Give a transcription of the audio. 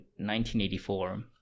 1984